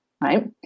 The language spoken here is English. right